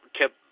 kept